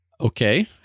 Okay